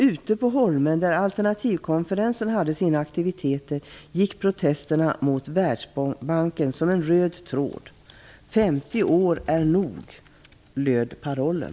Ute på Holmen, där alternativkonferensen hade sina aktiviteter, gick protesterna mot Världsbanken som en röd tråd. 50 år är nog, löd parollen.